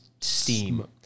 steam